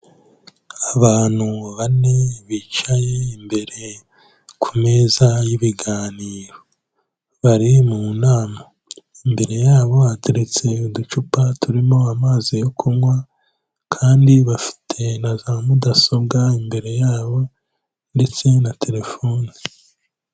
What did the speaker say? Abantu bane bicaye imbere ku meza y'ibiganiro, bari mu nama, imbere yabo hateretse uducupa turimo amazi yo kunywa, kandi bafite na za mudasobwa imbere yabo, ndetse na telefone.